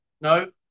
No